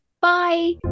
bye